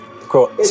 Cool